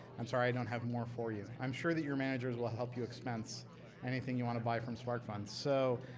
i'm sorry i don't have more for you. i'm sure that your managers will help you expense anything you want to buy from sparkfun. so,